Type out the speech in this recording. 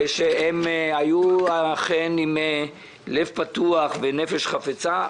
שהם היו אכן עם לב פתוח ונפש חפצה.